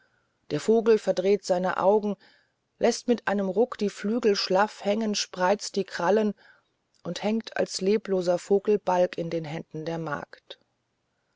der vogel verdreht seine augen läßt mit einem ruck die flügel schlaff hängen spreizt die krallen und hängt als lebloser vogelbalg in den händen der magd